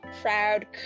proud